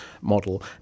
model